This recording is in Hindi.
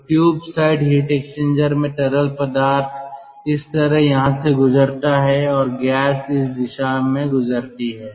तो ट्यूब साइड हीट एक्सचेंजर में तरल पदार्थ इस तरह यहां से गुजरता है और गैस इस दिशा में गुजरती है